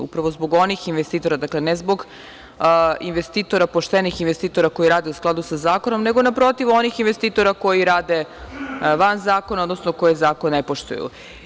Upravo zbog onih investitora, dakle, ne zbog poštenih investitora koji rade u skladu sa zakonom, nego, naprotiv, onih investitora koji rade van zakona, odnosno koji zakon ne poštuju.